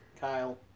Kyle